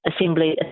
assembly